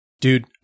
dude